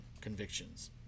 convictions